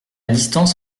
distance